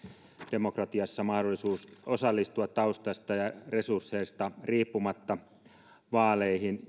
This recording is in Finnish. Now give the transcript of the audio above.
demokratiassa mahdollisuus osallistua taustasta ja resursseista riippumatta vaaleihin